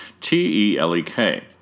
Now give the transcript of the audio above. T-E-L-E-K